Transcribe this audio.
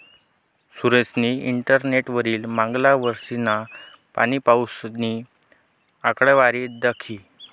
सुरेशनी इंटरनेटवरी मांगला वरीसना पाणीपाऊसनी आकडावारी दखी